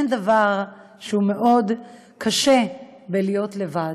אין דבר שהוא, מאוד קשה להיות לבד.